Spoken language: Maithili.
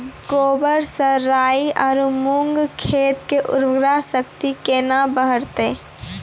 गोबर से राई आरु मूंग खेत के उर्वरा शक्ति केना बढते?